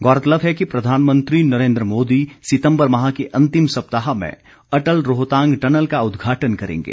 गौरतलब है कि प्रधानमंत्री नरेन्द्र मोदी सितम्बर माह के अंतिम सप्ताह में अटल रोहतांग टनल का उदघाटन करेंगे